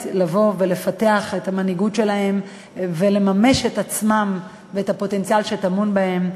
לפתח את המנהיגות שלהם ולממש את עצמם ואת הפוטנציאל שטמון בהם.